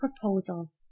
proposal